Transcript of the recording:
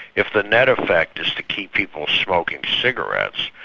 if the net effect is to keep people smoking cigarettes,